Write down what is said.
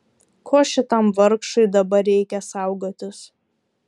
ko šitam vargšui dabar reikia saugotis